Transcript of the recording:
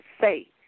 say